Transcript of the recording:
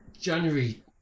January